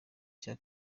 cya